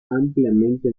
ampliamente